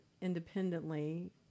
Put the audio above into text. independently